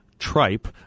Tripe